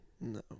No